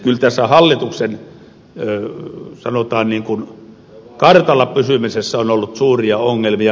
kyllä tässä hallituksen sanotaan kartalla pysymisessä on ollut suuria ongelmia